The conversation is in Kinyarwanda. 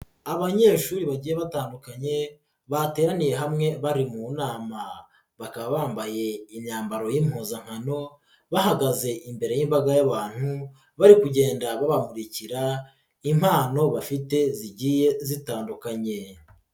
Abanyeshuri bagiye batandukanye bateraniye hamwe bari mu nama, bakaba bambaye imyambaro y'impuzankano, bahagaze imbere y'imbaga y'abantu, bari kugenda babakuririkira impano bafite zigiye zitandukanye.